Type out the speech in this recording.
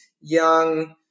young